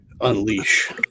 unleash